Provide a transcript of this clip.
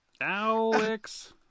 Alex